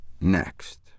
next